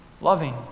Loving